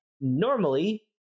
normally